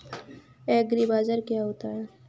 एग्रीबाजार क्या होता है?